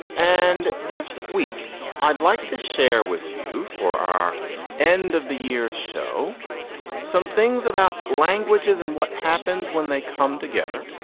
and this week i'd like to share with you for our end of the year, show some things about languages and what happens when they come together,